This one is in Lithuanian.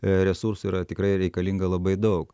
resursų yra tikrai reikalinga labai daug